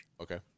okay